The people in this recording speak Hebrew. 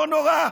לא נורא,